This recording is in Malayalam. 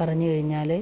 പറഞ്ഞു കഴിഞ്ഞാൽ